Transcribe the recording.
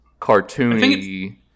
cartoony